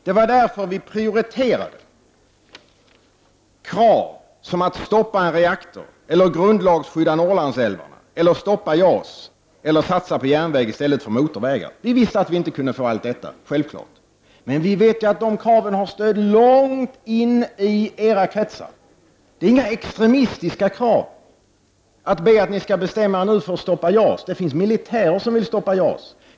Det var därför som vi prioriterade krav som att stoppa en reaktor eller att grundlagsskydda Norrlandsälvarna, stoppa JAS eller att satsa på järnväg i stället för på motorvägar. Vi visste självfallet att vi inte kunde få igenom allt detta, men vi var medvetna om att de kraven har stöd långt in i era kretsar. Det är inget extremistiskt krav att be er att ni nu skall bestämma er för att stoppa JAS. Det finns militärer som vill stoppa JAS.